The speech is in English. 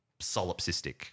solipsistic